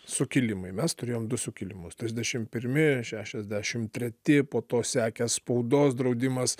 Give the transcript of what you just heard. sukilimai mes turėjom du sukilimus trisdešim pirmi šešiasdešim treti po to sekęs spaudos draudimas